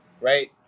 right